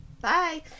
Bye